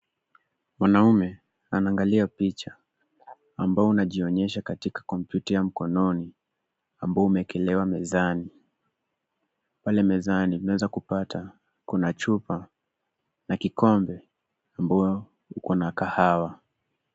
Mwanaume ana angalia picha ambao unajionyesha katika kompyuta ya mkononi ambao umewekelewa mezani. Pale mezani unaweza kupata kuna chupa na kikombe ambao uko na kahawa.